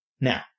Now